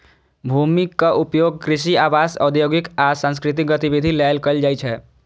भूमिक उपयोग कृषि, आवास, औद्योगिक आ सांस्कृतिक गतिविधि लेल कैल जाइ छै